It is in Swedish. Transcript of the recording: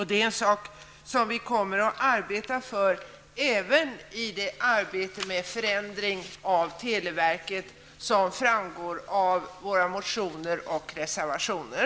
Det är en sak som vi kommer att arbeta för även i arbetet med förändringen av televerket, vilket framgår av våra motioner och reservationer.